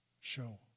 Show